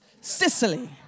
Sicily